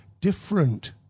different